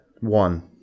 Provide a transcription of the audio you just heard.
one